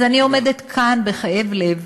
אז אני עומדת כאן בכאב לב,